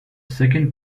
second